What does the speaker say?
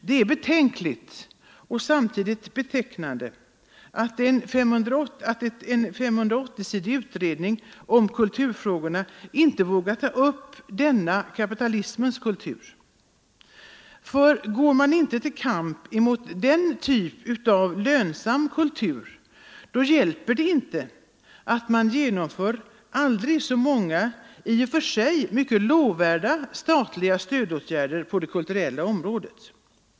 Det är betänkligt och samtidigt betecknande att en 580-sidig utredning om kulturfrågor inte vågar ta upp denna kapitalismens kultur. Går man inte till kamp mot denna typ av lönsam kultur, hjälper det inte att man genomför aldrig så många i och för sig mycket lovvärda statliga stödåtgärder på det kulturella området.